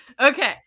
Okay